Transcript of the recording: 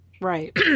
Right